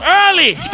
early